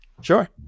Sure